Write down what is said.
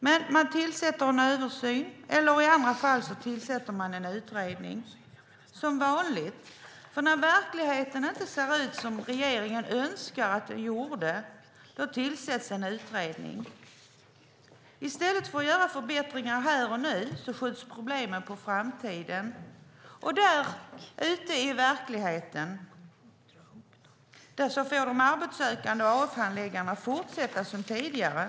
Men man beslutar om en översyn eller tillsätter en utredning, som vanligt. När verkligheten inte ser ut som regeringen önskar att den gjorde tillsätts en utredning. I stället för att göra förbättringar här och nu skjuts problemen på framtiden. Och där ute i verkligheten får de arbetssökande och AF-handläggarna fortsätta som tidigare.